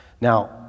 Now